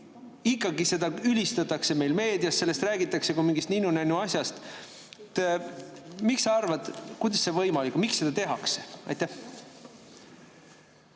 ikkagi seda ülistatakse meil meedias, sellest räägitakse kui mingist ninnu-nännu asjast. Mis sa arvad, kuidas see võimalik on ja miks seda tehakse? Aitäh,